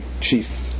chief